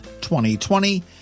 2020